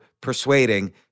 persuading